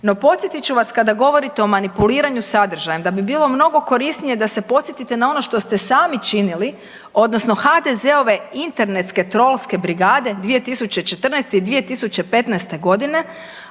No, podsjetit ću vas kada govorite o manipuliranju sadržajem da bi bilo mnogo korisnije da se podsjetite na ono što ste sami činili, odnosno HDZ-ove internetske trolske brigade 2014. i 2015. godine,